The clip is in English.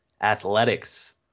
Athletics